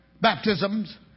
baptisms